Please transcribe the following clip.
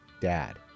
Dad